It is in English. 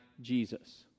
Jesus